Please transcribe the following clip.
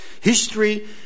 History